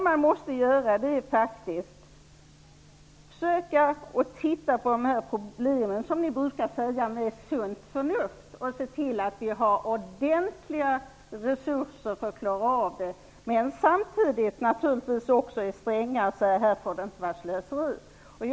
Vi måste faktiskt försöka titta på de här problemen -- med sunt förnuft, som ni i Ny demokrati brukar säga -- och se till att det finns ordentliga resurser för att klara av dem. Samtidigt måste vi naturligtvis vara stränga och säga att det inte får ske något slöseri.